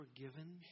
forgiven